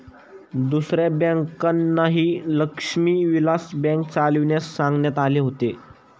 दुसऱ्या बँकांनाही लक्ष्मी विलास बँक चालविण्यास सांगण्यात आले होते